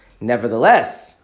Nevertheless